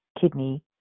kidney